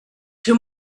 two